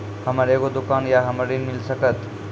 हमर एगो दुकान या हमरा ऋण मिल सकत?